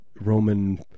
Roman